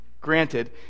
granted